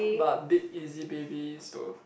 but big easy baby is though